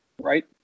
right